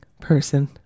person